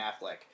Affleck